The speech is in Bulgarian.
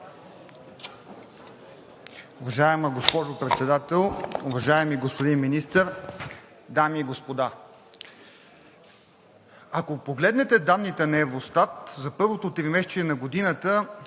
Уважаема госпожо Председател, уважаеми господин Министър, дами и господа! Ако погледнете данните на Евростат за първото тримесечие на годината,